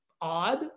odd